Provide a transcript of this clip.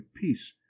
peace